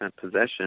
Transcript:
possession